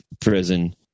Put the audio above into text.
prison